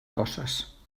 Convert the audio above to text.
coses